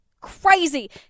crazy